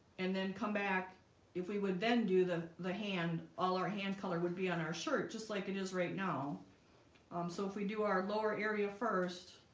and then come back if we would then do the the hand all our hand color would be on our shirt just like it is right now um so if we do our lower area first